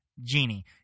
Genie